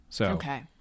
Okay